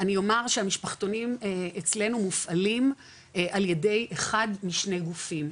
אני אומר שהמשפחתונים אצלנו מופעלים על ידי אחד משני גופים,